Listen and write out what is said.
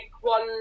one